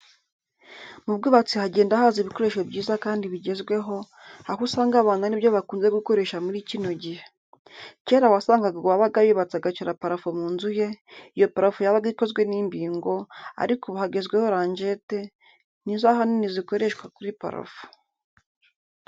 Mu bwubatsi hagenda haza ibikoresho byiza kandi bigezweho, aho usanga abantu ari byo bakunze gukoresha muri kino gihe. Kera wasangaga uwabaga yubatse agashyira parafo mu nzu ye, iyo parafo yabaga ikozwe n'imbingo ariko ubu hagezwe ranjete ni zo ahanini zikoreshwa kuri parafo.